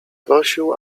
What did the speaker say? prosił